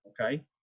okay